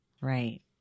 Right